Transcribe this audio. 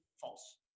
false